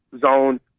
zone